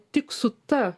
tik su ta